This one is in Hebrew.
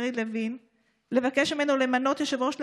יריב לוין לבקש ממנו למנות יושב-ראש לוועדה.